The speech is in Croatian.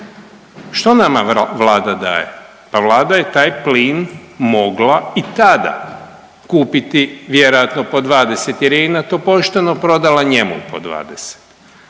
Što nama Vlada daje? Pa Vlada je taj plin mogla i tada kupiti vjerojatno po 20 jer je INA to pošteno prodala njemu po 20.